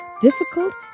difficult